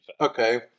okay